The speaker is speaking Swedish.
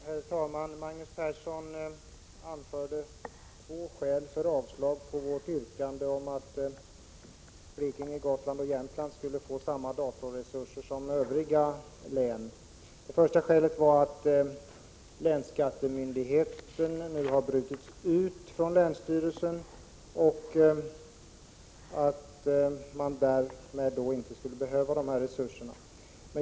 Herr talman! Magnus Persson anförde två skäl för avslag på vårt yrkande om att Blekinge, Gotland och Jämtland skulle få samma datorresurser som övriga län. Det första skälet var att länsskattemyndigheten nu har brutits ut från länsstyrelsen och att resurserna därför inte skulle behövas.